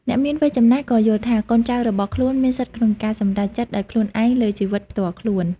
អ្នកមានវ័យចំណាស់ក៏យល់ថា កូនចៅរបស់ខ្លួនមានសិទ្ធិក្នុងការសម្រេចចិត្តដោយខ្លួនឯងលើជីវិតផ្ទាល់ខ្លួន។